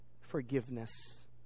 forgiveness